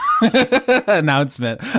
announcement